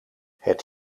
het